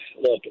Look